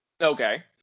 Okay